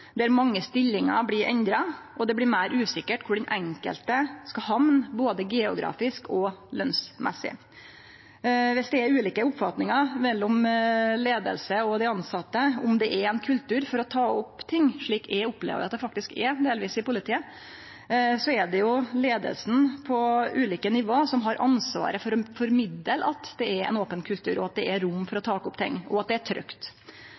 der mange stillingar blir endra og det blir meir usikkert kor den enkelte skal hamne, både geografisk og lønsmessig. Viss det er ulike oppfatningar mellom leiing og dei tilsette om i kva grad det er ein kultur for å ta opp ting, slik eg delvis opplever at det faktisk er i politiet, er det leiinga på ulike nivå som har ansvaret for å formidle at det er ein open kultur, at det er rom for å ta opp ting, og at det er trygt.